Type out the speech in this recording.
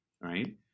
right